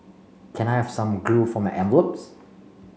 can I have some glue for my envelopes